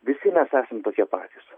visi mes esam tokie patys